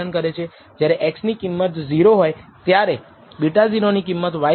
જ્યારે x ની કિંમત 0 હોય ત્યારે β0 ની કિંમત y દર્શાવે છે